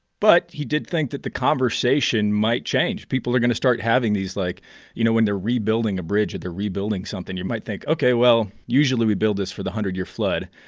but he did think that the conversation might change. people are going to start having these, like you know, when they're rebuilding a bridge or they're rebuilding something you might think, ok, well, usually we build this for the one hundred year flood,